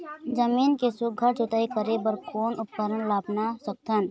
जमीन के सुघ्घर जोताई करे बर कोन उपकरण ला अपना सकथन?